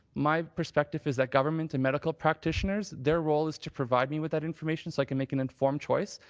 my perspective is that government and medical practitioners, their role is to provide me with that information so i can make an informed choice.